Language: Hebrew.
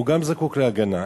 הוא גם זקוק להגנה.